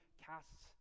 casts